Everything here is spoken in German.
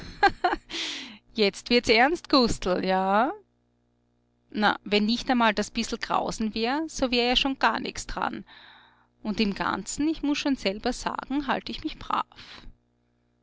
jetzt wird's ernst gustl ja na wenn nicht einmal das biss'l grausen wär so wär ja schon gar nichts d'ran und im ganzen ich muß's schon selber sagen halt ich mich brav